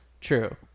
True